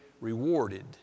rewarded